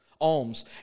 alms